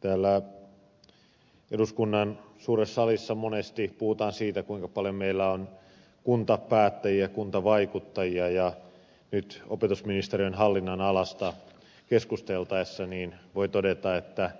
täällä eduskunnan suuressa salissa monesti puhutaan siitä kuinka paljon meillä on kuntapäät täjiä kuntavaikuttajia ja nyt opetusministeriön hallinnonalasta keskusteltaessa voi todeta että